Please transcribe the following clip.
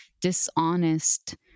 dishonest